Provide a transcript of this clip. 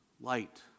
light